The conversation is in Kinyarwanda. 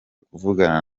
kuvugana